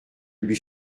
lui